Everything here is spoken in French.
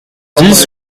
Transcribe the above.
dix